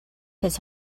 his